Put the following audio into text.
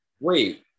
Wait